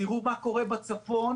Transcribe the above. תראו מה קורה בצפון,